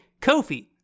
Kofi